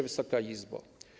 Wysoka Izbo!